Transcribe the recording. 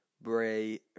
Bray